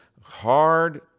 hard